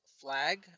flag